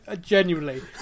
Genuinely